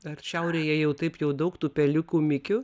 ar šiaurėje jau taip jau daug tų peliukų mikių